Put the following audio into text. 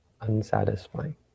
unsatisfying